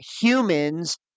humans